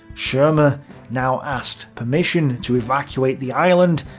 schirmer now asked permission to evacuate the island,